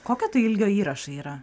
kokio tai ilgio įrašai yra